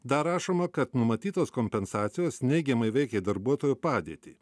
dar rašoma kad numatytos kompensacijos neigiamai veikė darbuotojo padėtį